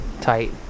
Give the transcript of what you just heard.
tight